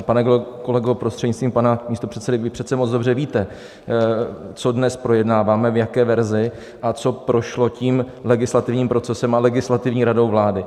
Pane kolego, prostřednictvím pana místopředsedy, vy přece moc dobře víte, co dnes projednáváme, v jaké verzi a co prošlo legislativním procesem a Legislativní radou vlády.